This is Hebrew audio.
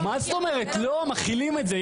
מה זאת אומרת, מחילים את זה.